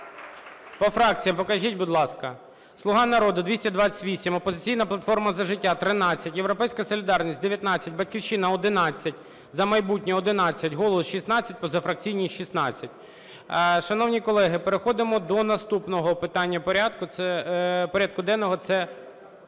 По фракціях покажіть, будь ласка. "Слуга народу" – 228, "Опозиційна платформа – За життя" – 13, "Європейська солідарність" – 19, "Батьківщина" – 11, "За майбутнє" – 11, "Голос" – 16, позафракційні – 16. Шановні колеги, переходимо до наступного питання порядку, порядку